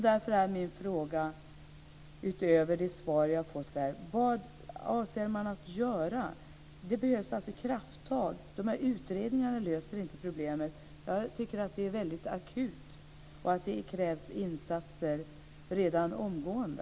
Därför är min fråga, utöver dem som jag har fått svar på: Vad avser man göra? Det behövs krafttag. Utredningarna löser inte problemet. Det är väldigt akut. Det krävs insatser redan omgående.